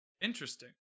Interesting